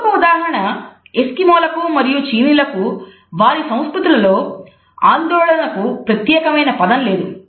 ఇంకొక ఉదాహరణ ఎస్కిమోలకు లకు వారి సంస్కృతిలో ఆందోళనకు ప్రత్యేకమైన పదం లేదు